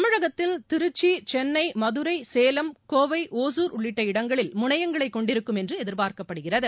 தமிழகத்தில் திருச்சி சென்னை மதுரை சேலம் கோவை ஒகுர் உள்ளிட்ட இடங்களில் முனையங்களை கொண்டிருக்கும் என்று எதிர்பார்க்கப்படுகிறது